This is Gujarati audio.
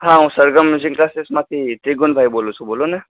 હા હું સરગમ મ્યુઝિક ક્લાસીસમાંથી ત્રિગુણભાઈ બોલું છું બોલો ને